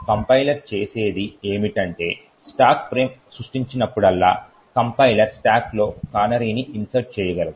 compiler చేసేది ఏమిటంటే stack frame సృష్టించినప్పుడల్లా కంపైలర్ స్టాక్లో కానరీని ఇన్సర్ట్ చేయగలదు